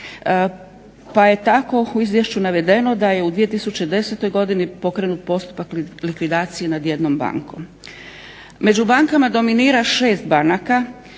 pa je tako u izvješću navedeno da je u 2010. godini pokrenut postupak likvidacije nad jednom bankom. Među bankama dominira 6 banaka